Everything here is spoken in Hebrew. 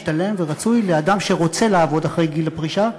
משתלם ורצוי לאדם שרוצה לעבוד אחרי גיל הפרישה,